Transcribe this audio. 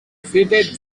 fitted